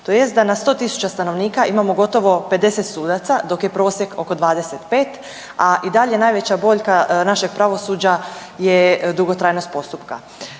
tj. da na sto tisuća stanovnika imamo gotovo 50 sudaca dok je prosjek oko 25, a i dalje je boljka našeg pravosuđa je dugotrajnost postupaka.